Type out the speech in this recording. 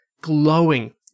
glowing